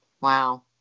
Wow